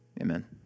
Amen